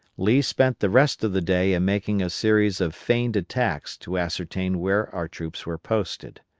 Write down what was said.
lee spent the rest of the day in making a series of feigned attacks to ascertain where our troops were posted.